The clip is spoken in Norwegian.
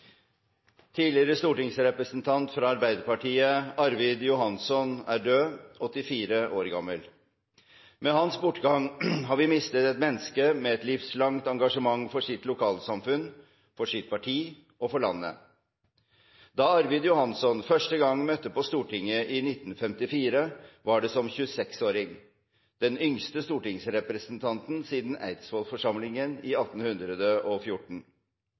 Tidligere stortingsrepresentant for Arbeiderpartiet Arvid Johanson er død, 84 år gammel. Med hans bortgang har vi mistet et menneske med et livslangt engasjement for sitt lokalsamfunn, for sitt parti og for landet. Da Arvid Johanson første gang møtte på Stortinget i 1954, var det som 26-åring – den yngste stortingsrepresentanten siden Eidsvollsforsamlingen i